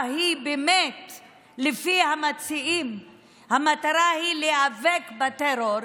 ולפי המציעים המטרה היא באמת להיאבק בטרור,